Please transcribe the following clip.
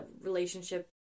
relationship